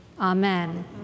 Amen